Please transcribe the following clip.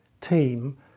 team